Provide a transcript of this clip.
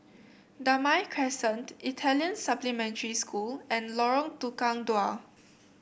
Damai Crescent Italian Supplementary School and Lorong Tukang Dua